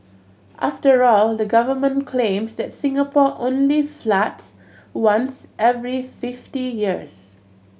after all the government claims that Singapore only floods once every fifty years